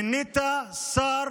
מינית שר